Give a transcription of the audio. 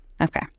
Okay